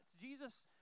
Jesus